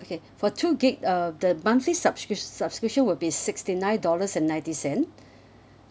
okay for two gigabyte uh the monthly subscri~ subscription will be sixty nine dollars and ninety cents